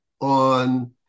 on